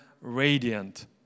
radiant